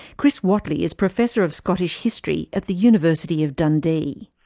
chris whatley is professor of scottish history at the university of dundee.